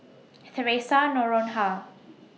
Theresa Noronha